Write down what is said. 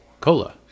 cola